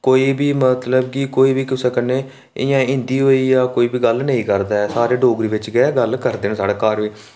कोई बी मतलब कि कोई बी कुसै कन्नै एह् हिंदी होइया कोई बी गल्ल नेईं करदा ऐ सारे डोगरी बिच गै गल्ल करदे न साढ़े घर बी